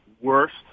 worst